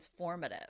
transformative